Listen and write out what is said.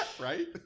Right